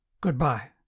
Goodbye